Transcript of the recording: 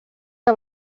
que